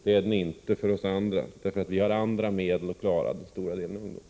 Det är den inte för oss moderater därför att vi har andra medel att klara situationen för ungdomarna.